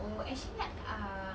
oh actually ah